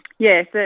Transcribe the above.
Yes